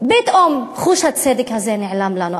פתאום חוש הצדק הזה נעלם לנו.